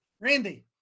Randy